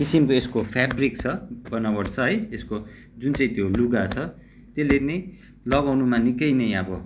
किसिमको यसको फेब्रिक छ बनावट छ है यसको जुन चाहिँ त्यो लुगा छ त्यसले नै लगाउनुमा निक्कै नै अब